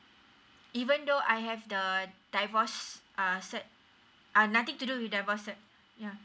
even though I have the divorce uh cert uh nothing to do with divorce cert ya